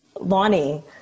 Lonnie